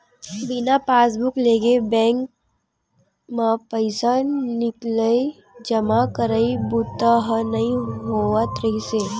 बिना पासबूक लेगे बेंक म पइसा निकलई, जमा करई बूता ह नइ होवत रिहिस हे